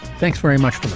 thanks very much.